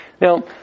Now